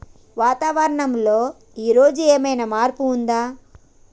వాతావరణం లో ఈ రోజు ఏదైనా మార్పు ఉందా?